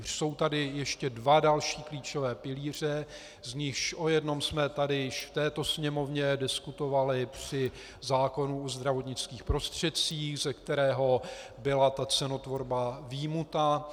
Jsou tady ještě dva další klíčové pilíře, z nichž o jednom jsme tady již v této Sněmovně diskutovali při zákonu o zdravotnických prostředcích, ze kterého byla cenotvorba vyjmuta.